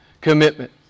commitment